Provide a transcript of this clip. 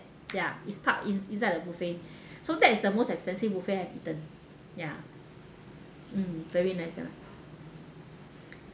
ya is park in inside the buffet so that is the most expensive buffet I've eaten yeah mm very nice that one